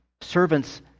servant's